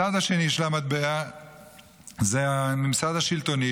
הצד השני של המטבע זה הממסד השלטוני,